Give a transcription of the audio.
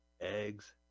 eggs